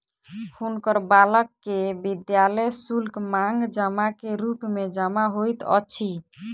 हुनकर बालक के विद्यालय शुल्क, मांग जमा के रूप मे जमा होइत अछि